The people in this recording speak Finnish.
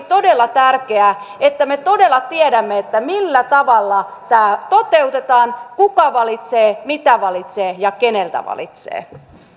todella tärkeää että me todella tiedämme millä tavalla tämä toteutetaan kuka valitsee mitä valitsee ja keneltä valitsee